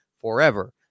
forever